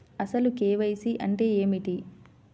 అసలు కే.వై.సి అంటే ఏమిటి?